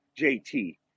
JT